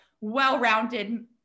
well-rounded